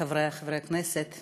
חברי חברי הכנסת,